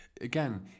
again